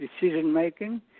decision-making